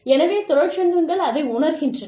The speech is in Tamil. எனவே தொழிற்சங்கங்கள் அதை உணர்கின்றன